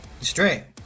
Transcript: straight